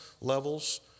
levels